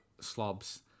slobs